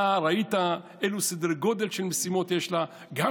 אתה ראית אילו סדרי גודל של משימות יש לה גם